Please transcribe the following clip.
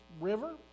River